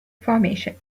formation